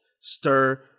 stir